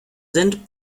sind